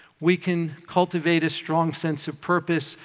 we can cultivate a strong sense of purpose,